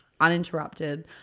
uninterrupted